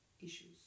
issues